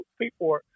people